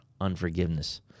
unforgiveness